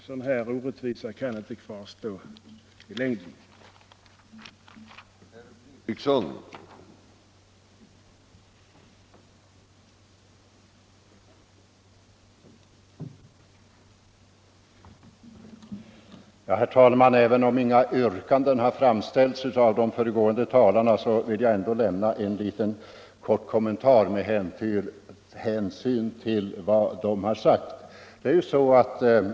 En sådan här blotta i omsorgen kan inte få kvarstå i längden.